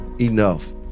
enough